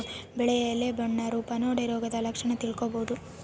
ಬೆಳೆಯ ಎಲೆ ಬಣ್ಣ ರೂಪ ನೋಡಿ ರೋಗದ ಲಕ್ಷಣ ತಿಳ್ಕೋಬೋದು